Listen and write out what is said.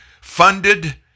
funded